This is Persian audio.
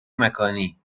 مکانی